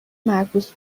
معکوس